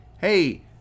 hey